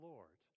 Lord